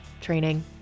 training